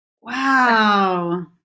Wow